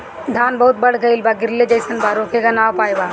धान बहुत बढ़ गईल बा गिरले जईसन बा रोके क का उपाय बा?